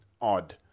odd